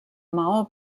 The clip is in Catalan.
maó